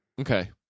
Okay